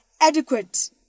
adequate